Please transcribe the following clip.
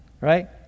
Right